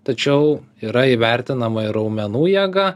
tačiau yra įvertinama ir raumenų jėga